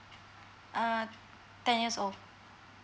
err ten years old